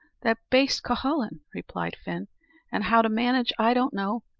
that baste, cuhullin, replied fin and how to manage i don't know.